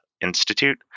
Institute